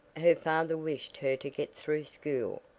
her father wished her to get through school,